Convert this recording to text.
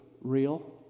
real